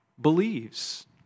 believes